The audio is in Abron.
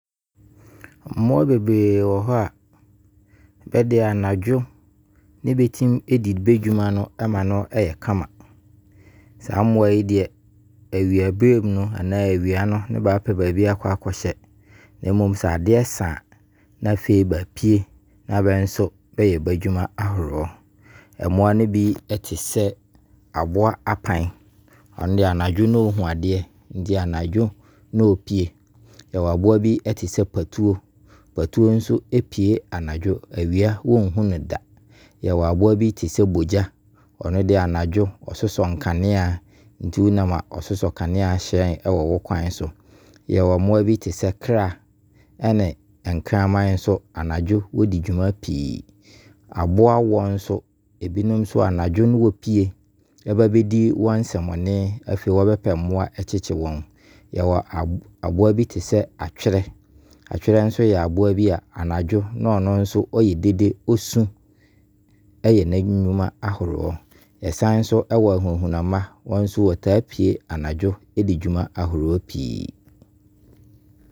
Mmoa bebree wɔ hɔ a, bɛdeɛ anadwo ne bɛtumi ɛdi bɛdwuma ɛma no ɛyɛ kama. Saa mmoa yi deɛ, awia berɛ mu no anaa awia no na baa pɛ baabi akɔhyɛ. Na mmom sɛ adeɛ san, ne baapue. Na baa bɛ nso babɛyɛ bɛ nnwuma ahoroɔ. Mmoa no bi ɛte sɛ, aboa Apan. Ɔno deɛ anadwo na ɔhunu adeɛ enso anadwo na ɔpue. Yɛwɔ aboa bi te sɛ Patuo. Patuo ɛnso ɛpue anadwo, awia wo nhunu no da. Yɛwɔ aboa bi te sɛ Bogya, ɔno deɛ anadwo ɔsosɔ nkanea. Ɛnti wo nam a ɔsosɔ nkanea hyerɛn ɛwɔ wo kwan so. Yɛwɔ mmoa bi te sɛ Kra ne Kraman, anadwo nso bɛdi dwuma pii. Aboa Wɔ nso, ebinom anadwo ne bɛpue ɛba bɛdi wɔn nsɛmmɔne. Afei ɔbɛpɛ mmoa akyekye wɔn Yɛwɔ mmoa bi te sɛ Atwerɛ. Atwerɛ nso yɛ aboa bi a ɔno nso anadwo na ɛno nso ɔyɛ dede, ɔsu ɛyɛ ne nnwuma ahoroɔ Yɛsan nso ɛwɔ Ahunahunamma, bɛ nso bɛtaa ɛpue anadwo ɛdi dwuma ahoroɔ pii.